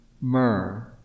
myrrh